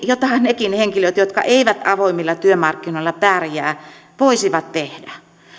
jota nekin henkilöt jotka eivät avoimilla työmarkkinoilla pärjää voisivat tehdä